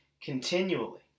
continually